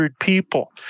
people